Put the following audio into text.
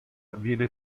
viene